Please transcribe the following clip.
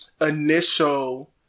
initial